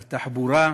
על תחבורה,